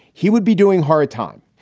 he would be doing hard time.